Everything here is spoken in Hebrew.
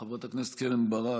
חברת הכנסת קרן ברק,